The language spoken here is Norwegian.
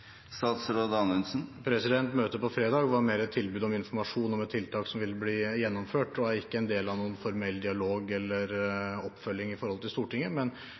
Møtet på fredag var mer et tilbud om informasjon om et tiltak som vil bli gjennomført, og er ikke en del av noen formell dialog eller oppfølging overfor Stortinget. Det var et tilbud for å gi muligheten til